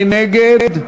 מי נגד?